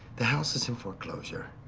the house is in foreclosure.